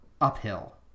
uphill